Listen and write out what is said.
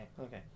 okay